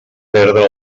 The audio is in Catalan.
perdre